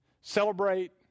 celebrate